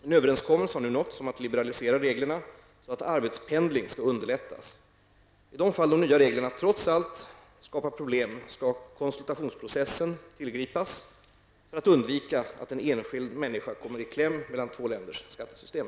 En överenskommelse har nu nåtts om att liberalisera reglerna så att arbetspendling skall underlättas. I de fall de nya reglerna trots allt skapar problem skall konsultationsprocessen tillgripas för att undvika att en enskild människa kommer i kläm mellan två länders skattesystem.